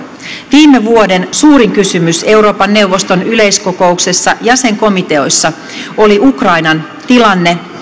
viime vuoden suurin kysymys euroopan neuvoston yleiskokouksessa jäsenkomiteoissa oli ukrainan tilanne